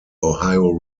ohio